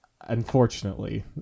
unfortunately